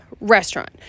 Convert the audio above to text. restaurant